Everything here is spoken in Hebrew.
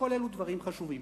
שכל אלה דברים חשובים.